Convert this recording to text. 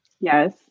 Yes